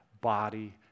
body